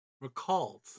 recalled